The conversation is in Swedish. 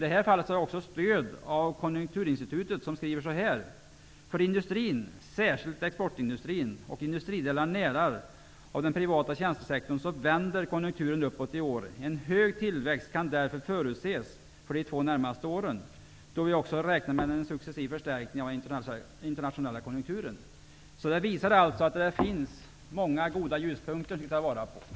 Detta har stöd från Konjunkturinstitutet som skriver: För industrin, särskilt exportindustrin och industrinära delar av den privata tjänstesektorn, vänder konjunkturen uppåt i år. En hög tillväxt kan därför förutses för de två närmaste åren, då vi också räknar med en successiv förstärkning av den internationella konjunkturen. Detta visar alltså att det finns många goda ljuspunkter att ta vara på.